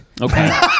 Okay